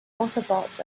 autobots